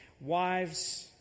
wives